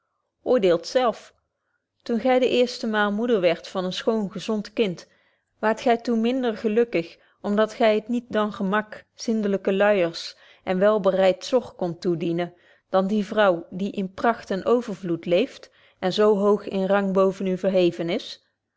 oordeelt zelf toen gy de eerste maal moeder wierdt van een schoon gezond kind waart gy toen minder gelukkig om dat gy het niet dan gemak zindelyke luijers en welbereid zog kondt toedienen dan die vrouw die in pracht en overvloed leeft en zo hoog in rang boven u verheven is